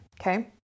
okay